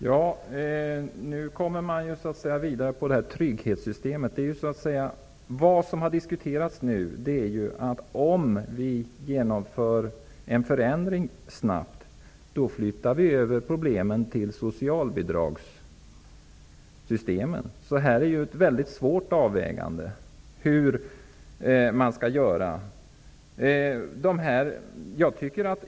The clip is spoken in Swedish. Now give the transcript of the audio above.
Herr talman! Nu kommer vi in på trygghetssystemet. Vad som nu har diskuterats är att problemen skulle flyttas över till socialbidragssystemen om vi genomförde en förändring snabbt. Det är en mycket svår avvägning att bestämma hur man skall göra.